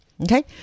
Okay